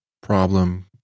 problem